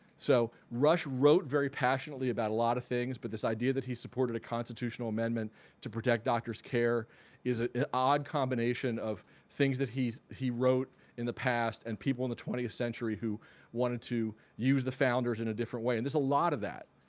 so rush wrote very passionately about a lot of things but this idea that he supported a constitutional amendment to protect doctors care is an odd combination of things that he he wrote in the past and people in the twentieth century who wanted to use the founders in a different way and there's a lot of that.